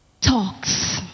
talks